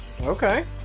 Okay